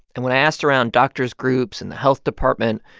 and when i asked around doctors' groups in the health department,